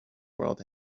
world